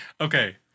Okay